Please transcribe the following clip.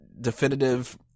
Definitive